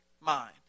mind